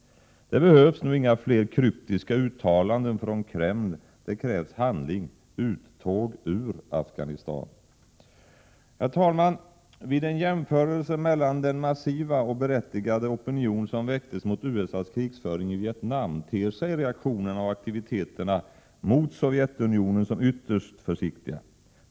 Det behövs nu inga fler kryptiska uttalanden från Kreml, det krävs handling, uttåg ur Afghanistan. Herr talman! Vid en jämförelse mellan den massiva, och berättigade, opinion som väcktes mot USA:s krigföring i Vietnam ter sig reaktionerna och aktiviteterna mot Sovjetunionen som ytterst försiktiga.